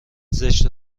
زشت